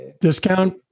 discount